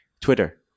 Twitter